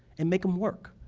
and make them work?